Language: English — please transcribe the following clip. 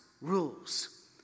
rules